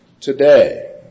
today